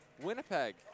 Winnipeg